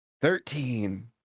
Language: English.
Thirteen